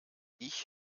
ich